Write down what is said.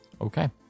Okay